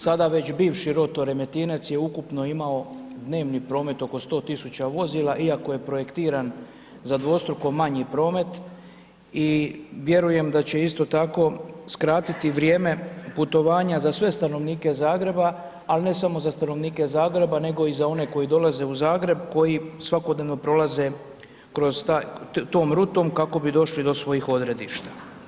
Sada već bivši rotor Remetinec je ukupno imao dnevni promet oko 100 tisuća vozila iako je projektiran za dvostruko manji promet i vjerujem da će isto tako skratiti vrijeme putovanja za sve stanovnike Zagreba, ali ne samo za stanovnike Zagreba, nego i za one koji dolaze u Zagreb, koji svakodnevno prolaze tom rutom, kako bi došli do svojih odredišta.